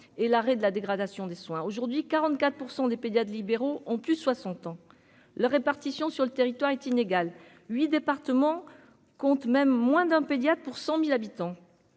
et l'arrêt de la dégradation des soins aujourd'hui 44 % des pédiatres libéraux ont plus de 60 ans la répartition sur le territoire est inégal 8 départements comptent même moins d'un pédiatre pour 100000 habitants